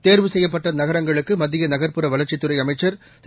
தேர்வு செய்யப்பட்ட நகரங்களுக்கு மத்திய நகர்ப்புற வளர்ச்சித் துறை அமைச்சர் திரு